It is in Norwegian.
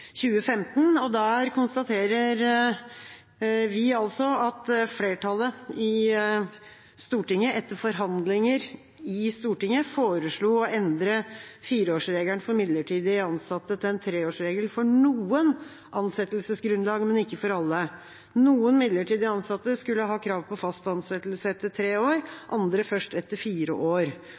Der konstaterer vi at flertallet i Stortinget – etter forhandlinger i Stortinget – foreslo å endre fireårsregelen for midlertidig ansatte til en treårsregel for noen ansettelsesgrunnlag, men ikke for alle. Noen midlertidig ansatte skulle ha krav på fast ansettelse etter tre år, andre først etter fire år.